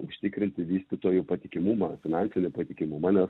užtikrinti vystytojų patikimumą finansinį patikimumą nes